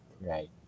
right